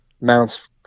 mounts